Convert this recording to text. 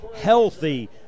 healthy